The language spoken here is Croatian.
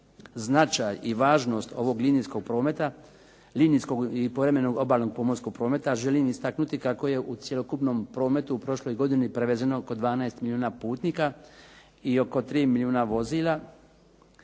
značaj i važnost ovog linijskog i povremenom obalnog pomorskog prometa želim istaknuti kako je u cjelokupnom prometu u prošloj godini prevezeno oko 12 milijuna putnika i oko 3 milijuna vozila.